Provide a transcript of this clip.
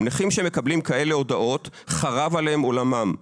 נכים שמקבלים כאלה הודעות חרב עליהם עולמם.